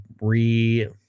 re